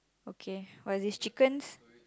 okay what is this chickens